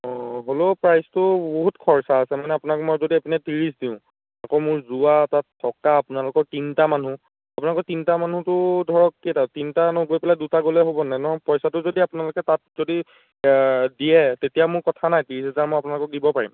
অঁ হ'লেও প্ৰাইচটো বহুত খৰচ আছে মানে আপোনাক মই যদি এপিনে ত্ৰিছ দিওঁ আকৌ মোৰ যোৱা তাত থকা আপোনালোকৰ তিনিটা মানুহ আপোনালোকৰ তিনিটা মানুহটো ধৰক কেইটা তিনিটা নগৈ পেলাই দুটা গ'লে হ'ব নাই নহয় পইচাটো যদি আপোনালোকে তাত যদি দিয়ে তেতিয়া মোৰ কথা নাই ত্ৰিছ হেজাৰ মই আপোনালোকক দিব পাৰিম